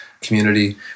community